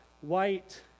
white